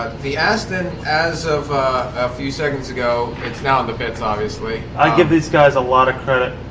the aston as of a few seconds ago, it's now in the pits obviously. i give these guys a lot of credit.